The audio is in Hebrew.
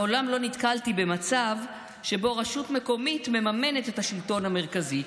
מעולם לא נתקלתי במצב שבו רשות מקומית מממנת את השלטון המרכזי,